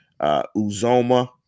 Uzoma